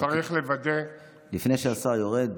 צריך לוודא --- לפני שהשר יורד,